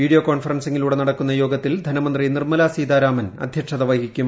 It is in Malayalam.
വിഡിയോ കോൺഫറൻസിംഗിലൂടെ നടക്കുന്ന യോഗത്തിൽ ധനമന്ത്രി നിർമലാ സീതാരാമൻ അധ്യക്ഷത വൃഹിക്കും